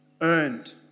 earned